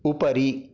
उपरि